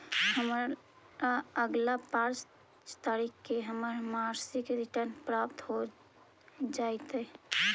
हमरा अगला पाँच तारीख के हमर मासिक रिटर्न प्राप्त हो जातइ